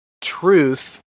truth